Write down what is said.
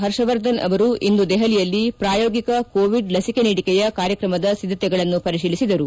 ಹರ್ಷವರ್ಧನ್ ಅವರು ಇಂದು ದೆಹಲಿಯಲ್ಲಿ ಪ್ರಾಯೋಗಿಕ ಕೋವಿಡ್ ಲಿಸಿಕೆ ನೀಡಿಕೆಯ ಕಾರ್ಯಕ್ರಮದ ಸಿದ್ಗತೆಗಳನ್ನು ಪರಿಶೀಲಿಸಿದರು